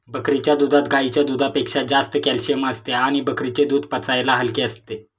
बकरीच्या दुधात गाईच्या दुधापेक्षा जास्त कॅल्शिअम असते आणि बकरीचे दूध पचायला हलके असते